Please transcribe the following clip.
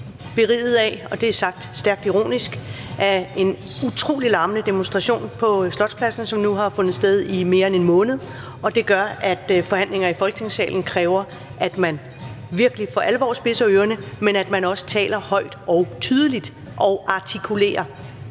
det er sagt stærkt ironisk – en utrolig larmende demonstration på Slotspladsen, som nu har fundet sted i mere end en måned, og det gør, at forhandlinger i Folketingssalen kræver, at man virkelig for alvor spidser ørerne, men at man også taler højt og tydeligt og artikulerer.